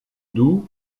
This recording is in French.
doubs